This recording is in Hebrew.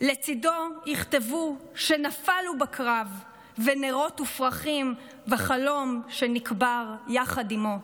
לצידו יכתבו שנפל הוא בקרב / ונרות ופרחים וחלום שנקבר / יחד עימו.